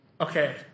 Okay